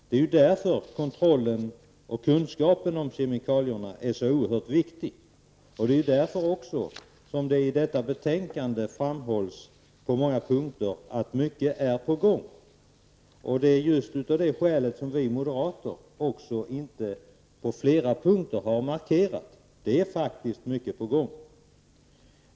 Det är därför kontrollen av och kunskaperna om kemikalierna är så oerhört viktiga. Det är också därför som det på många punkter i detta betänkande framhålls att mycket är på gång. Det är just av det skälet som vi moderater på flera punkter inte har markerat. Det är faktiskt mycket på gång.